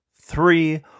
three